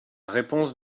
réponse